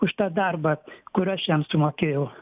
už tą darbą kur aš jam sumokėjau